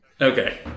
Okay